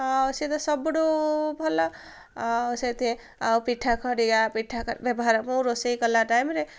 ଆଉ ସେ ତ ସବୁଠୁ ଭଲ ଆଉ ସେଥି ଆଉ ପିଠା ଖଡ଼ିକା ପିଠା ବ୍ୟବହାର ମୁଁ ରୋଷେଇ କଲା ଟାଇମ୍ରେ